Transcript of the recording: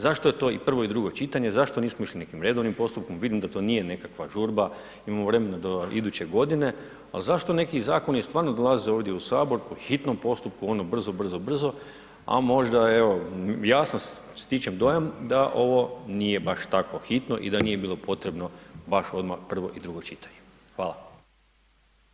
Zašto je to i prvo i drugo čitanje, zašto nismo išli nekim redovnim postupkom, vidim da to nije nekakva žurba, imamo vremena do iduće godine ali zašto neki zakoni stvarno dolaze ovdje u Sabor po hitnom postupku, ono brzo, brzo, brzo a možda evo, ja stječem dojam da ovo nije baš tako hitno i da nije bilo potrebno baš odmah prvo i drugo čitanje, hvala.